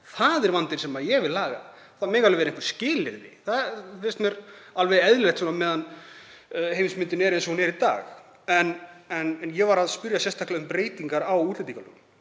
Það er vandinn sem ég vil laga. Það mega alveg vera einhver skilyrði. Það finnst mér alveg eðlilegt á meðan heimsmyndin er eins og hún er í dag. En ég var að spyrja sérstaklega um breytingar á útlendingalögum